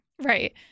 Right